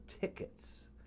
tickets